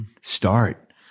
start